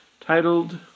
titled